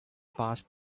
passed